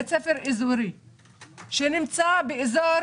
מדובר בבית ספר אזורי שממוקם באזור